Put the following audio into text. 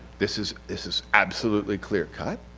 this is this is absolutely clear cut,